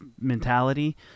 mentality